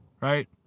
Right